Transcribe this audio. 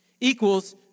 equals